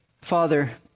Father